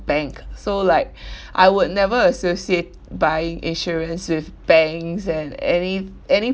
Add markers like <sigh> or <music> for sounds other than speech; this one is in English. bank so like <breath> I would never associate buying insurance with banks and any any